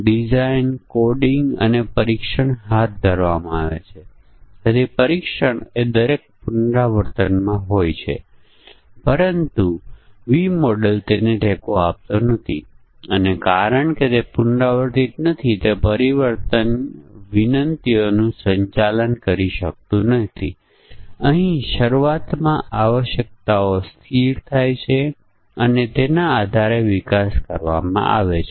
ભોજન મફત તો જ પીરસવામાં આવે છે જ્યારે તે અડધાથી વધારે ભરાયેલ છે 3000 કરતાં વધુ બેઠક દીઠ ભાવ છે અને તે સ્થાનિક ફ્લાઇટ નથી પરંતુ જ્યારે અર્ધ ભરેલા કરતાં વધુ હોય અને તે ઘરેલું ઉડાન નથી અને ટિકિટનો ખર્ચ 3૦૦૦ કરતા વધારે નથી ત્યારે ભોજન પીરસવામાં આવે છે